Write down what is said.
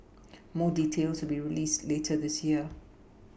more details will be released later this year